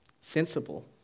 sensible